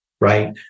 Right